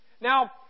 Now